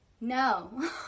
no